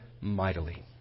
mightily